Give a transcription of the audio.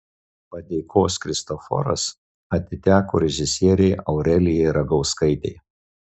padėkos kristoforas atiteko režisierei aurelijai ragauskaitei